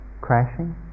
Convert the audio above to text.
crashing